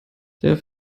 der